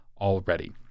already